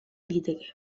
liteke